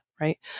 right